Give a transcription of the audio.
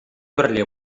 пӗрле